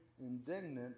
indignant